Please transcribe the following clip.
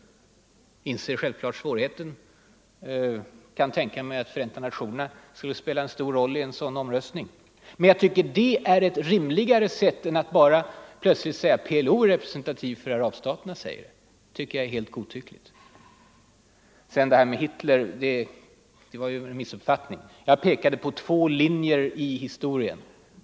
Jag inser självfallet svårigheten, och jag kan tänka mig att Förenta nationerna skulle spela en stor roll vid en sådan omröstning. Men jag tycker att det är ett rimligare sätt än att bara plötsligt säga att PLO är representativ för arabstaterna. Det är helt godtyckligt. Det herr Palme sade om Hitler var en missuppfattning. Jag pekade på två linjer i historien.